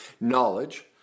knowledge